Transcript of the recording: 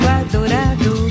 adorado